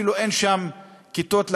אפילו אין כיתות לגנים.